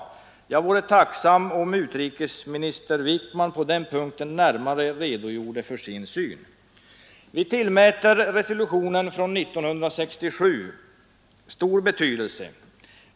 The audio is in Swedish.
Jag vore tacksam om utrikesminister Wickman på den punkten närmare redogjorde för sin syn. Vi tillmäter FN-resolutionen av år 1967 stor betydelse.